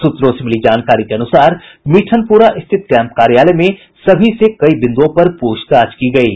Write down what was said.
सूत्रों से मिली जानकारी के अनुसार मिठनपुरा स्थित कैम्प कार्यालय में सभी से कई बिंदुओं पर पूछताछ की गयी